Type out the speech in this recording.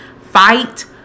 Fight